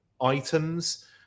items